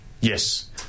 Yes